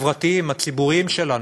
החברתיים הציבוריים שלנו,